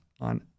on